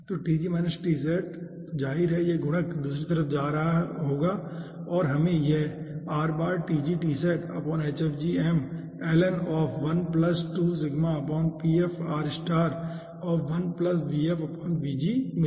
तो जाहिर है कि यह गुणक दूसरी तरफ जा रहा होगा और हमें यह मिलेगा